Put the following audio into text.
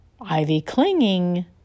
ivy-clinging